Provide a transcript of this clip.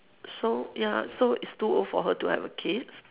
so ya so it's too old for her to have a kid